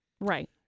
Right